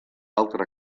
altra